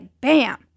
bam